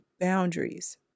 boundaries